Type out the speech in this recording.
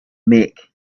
mick